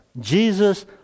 Jesus